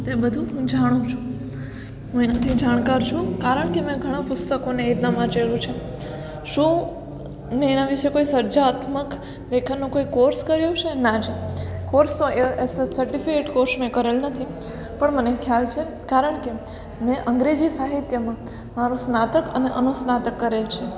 તે બધું હું જાણું છું હું એનાથી એ જાણકાર છું કારણ કે મેં ઘણા પુસ્તકોને એ રીતના વાંચેલું છે શું મેં એના વિષે કોઈ સર્જનાત્મક લેખનનો કોઈ કોર્ષ કર્યો છે ના જી કોર્ષ તો એ સર્ટિફિકેટ કોર્ષ મેં કરેલ નથી પણ મને ખ્યાલ છે કારણ કે મેં અંગ્રેજી સાહિત્યમાં મારું સ્નાતક અને અનુસ્નાતક કરેલ છે